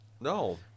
No